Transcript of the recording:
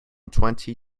twenty